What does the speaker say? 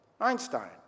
Einstein